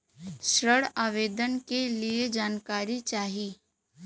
ऋण आवेदन के लिए जानकारी चाही?